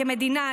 כמדינה,